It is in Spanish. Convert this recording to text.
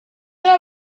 una